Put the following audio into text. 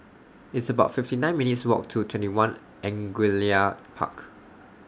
It's about fifty nine minutes' Walk to TwentyOne Angullia Park